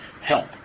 help